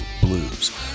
blues